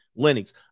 Linux